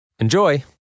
Enjoy